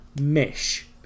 mesh